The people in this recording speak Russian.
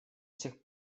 сих